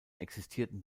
existierten